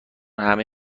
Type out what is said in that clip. همه